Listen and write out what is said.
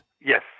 Yes